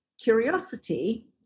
Curiosity